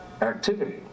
activity